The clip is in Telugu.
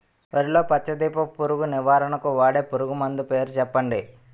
వరిలో పచ్చ దీపపు పురుగు నివారణకు వాడే పురుగుమందు పేరు చెప్పండి?